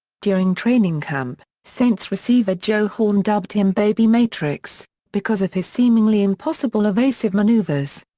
during training camp, saints receiver joe horn dubbed him baby matrix because of his seemingly impossible evasive maneuvers.